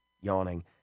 yawning